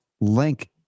link